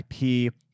IP